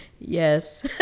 Yes